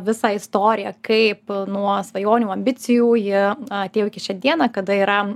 visą istoriją kaip nuo svajonių ambicijų ji atėjo iki šiandiena yra